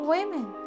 Women